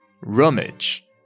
Rummage